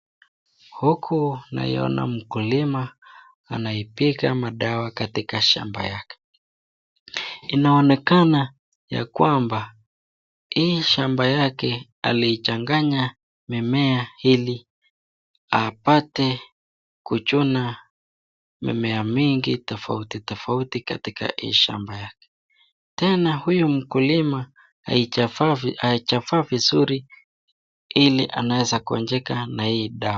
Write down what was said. Huku naiona mkulima anaipiga madawa katika mashamba yake. Inaonekana ya kwamba hii shamba yake alichanganya mimmea ili apate kuchuna mimmea mingi tofauti tofauti katika hii shamba yake. Tena huyu mkulima haijavaa vizuri ili anaweza konjeka na hii dawa.